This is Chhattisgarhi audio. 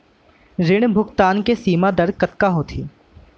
ऋण भुगतान के सीमा दर कतका होथे?